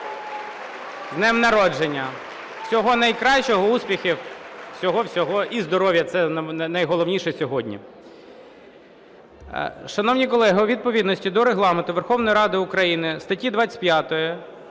З днем народження! (Оплески) Всього найкращого, успіхів, всього-всього, і здоров'я – це найголовніше сьогодні. Шановні колеги, у відповідності до Регламенту Верховної Ради України, статті 25,